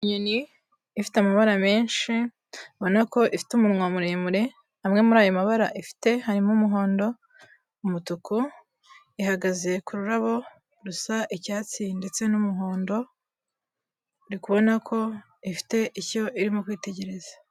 Inyoni ifite amabara menshi ubona ko ifite umunwa muremure, amwe muri ayo mabara ifite harimo umuhondo, umutuku; ihagaze ku rurabo rusa icyatsi ndetse n'umuhondo, uri kubona ko ifite icyo irimo kwitegereza.